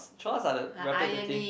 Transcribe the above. chores are the repetitive